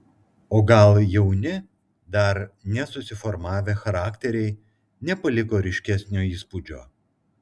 o gal jauni dar nesusiformavę charakteriai nepaliko ryškesnio įspūdžio